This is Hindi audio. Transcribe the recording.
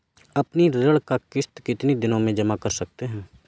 अपनी ऋण का किश्त कितनी दिनों तक जमा कर सकते हैं?